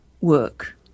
work